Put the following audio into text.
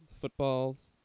footballs